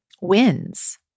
wins